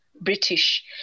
British